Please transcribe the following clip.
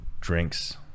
drinks